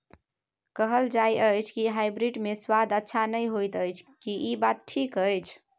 कहल जायत अछि की हाइब्रिड मे स्वाद अच्छा नही होयत अछि, की इ बात ठीक अछि?